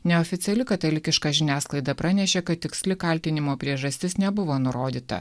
neoficiali katalikiška žiniasklaida pranešė kad tiksli kaltinimo priežastis nebuvo nurodyta